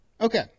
Okay